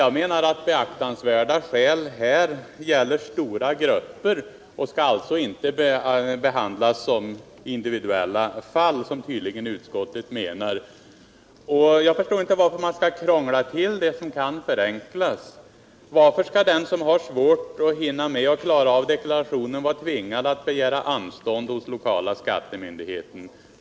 Jag menar att stora grupper av människor har beaktansvärda skäl och därför inte skall behöva behandlas som individuella fall, som tydligen utskottet menar. Jag förstår inte varför man skall krångla till det som kan förenklas. Varför skall den som har svårt att hinna deklarera i tid tvingas begära anstånd hos lokala skattemyndigheten?